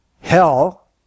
hell